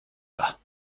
pas